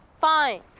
Fine